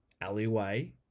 alleyway